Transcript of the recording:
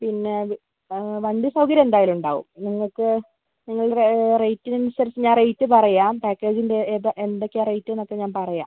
പിന്നെ വി ആ വണ്ടി സൗകര്യം എന്തായാലും ഉണ്ടാവും നിങ്ങൾക്ക് നിങ്ങടെ റേ റേറ്റിനനുസരിച്ച് ഞാൻ റേറ്റ് പറയാം പാക്കേജിൻ്റെ ഏതാ എന്തൊക്കെയാണ് റേറ്റ്ന്നൊക്കെ ഞാൻ പറയാം